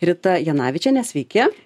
rita janavičienė sveiki